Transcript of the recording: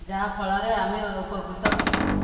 ଯାହାଫଳରେ ଆମେ ଉପକୃତ ହେବୁ